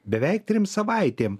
beveik trim savaitėm